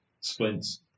splints